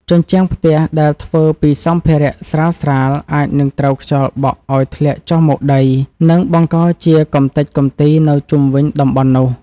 ជញ្ជាំងផ្ទះដែលធ្វើពីសម្ភារៈស្រាលៗអាចនឹងត្រូវខ្យល់បក់ឱ្យធ្លាក់ចុះមកដី និងបង្កជាកម្ទេចកំទីនៅជុំវិញតំបន់នោះ។